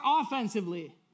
offensively